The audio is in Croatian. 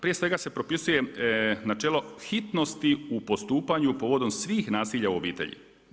Prije svega se propisuje načelo hitnosti u postupanju povodom svih nasilja u obitelji.